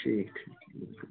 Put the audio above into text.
ٹھیٖک ٹھیٖک ٹھیٖک